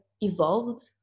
evolved